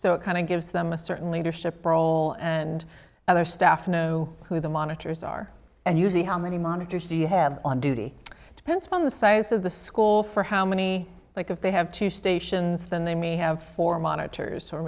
it kind of gives them a certain leadership role and other staff know who the monitors are and you see how many monitors do you have on duty to principle the size of the school for how many like if they have two stations then they may have four monitors